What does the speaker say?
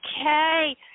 Okay